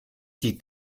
die